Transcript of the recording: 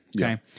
Okay